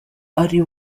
ari